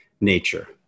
nature